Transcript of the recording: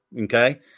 okay